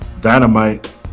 Dynamite